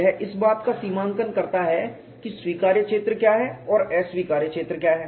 यह इस बात का सीमांकन करता है कि स्वीकार्य क्षेत्र क्या है और अस्वीकार्य क्षेत्र क्या है